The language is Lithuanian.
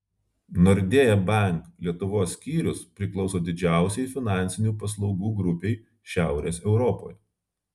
nordea bank lietuvos skyrius priklauso didžiausiai finansinių paslaugų grupei šiaurės europoje